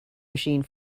machine